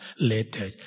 later